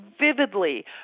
vividly